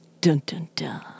dun-dun-dun